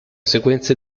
sequenze